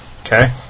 Okay